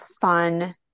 fun